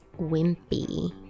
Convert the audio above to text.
Wimpy